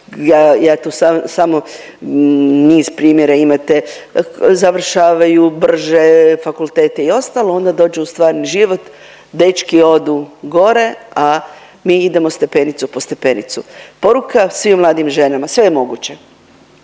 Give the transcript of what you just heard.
ja to samo niz primjera imate završavaju brže, fakultete i ostalo, onda dođu u stvarni život, dečki odu gore, a mi idemo stepenicu po stepenicu. Poruka svim mladim ženama sve je moguće.